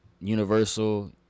Universal